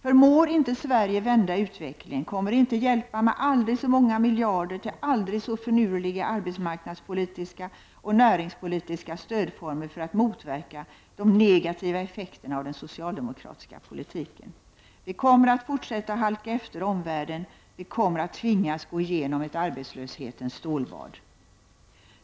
Om Sverige inte förmår att vända utvecklingen, kommer det inte att hjälpa med aldrig så många miljarder till aldrig så finurliga arbetsmarknadspolitiska och näringspolitiska stödformer för att motverka de negativa effekterna av den socialdemokratiska politiken. Vi kommer att fortsätta att halka efter omvärlden. Vi kommer att tvingas gå igenom ett ”arbetslöshetens stålbad”.